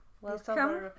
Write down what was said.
Welcome